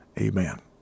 Amen